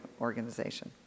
organization